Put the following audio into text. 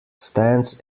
stands